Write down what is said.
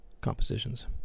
compositions